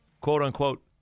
quote-unquote